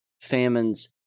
famines